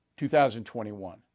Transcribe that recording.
2021